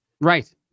Right